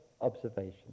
observation